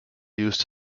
used